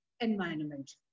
environment